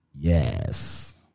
Yes